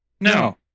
No